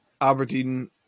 Aberdeen